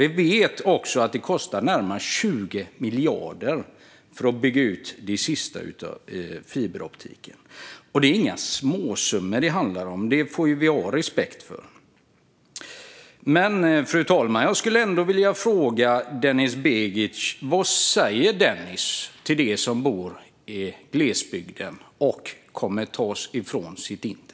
Vi vet också att det kostar närmare 20 miljarder att bygga ut det sista av fiberoptiken. Det är inga småsummor det handlar om. Det får vi ha respekt för. Fru talman! Jag skulle vilja fråga Denis Begic vad han säger till dem som bor i glesbygden och kommer att fråntas sitt internet.